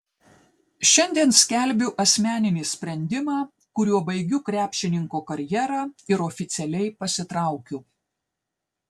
šiandien skelbiu asmeninį sprendimą kuriuo baigiu krepšininko karjerą ir oficialiai pasitraukiu